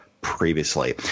previously